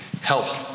help